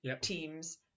teams